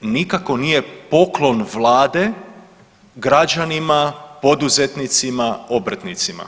nikako nije poklon Vlade građanima, poduzetnicima, obrtnicima.